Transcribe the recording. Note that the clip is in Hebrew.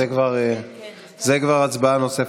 ההצעה המוצמדת,